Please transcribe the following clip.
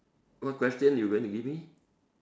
what question you going to give me